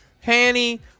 Hanny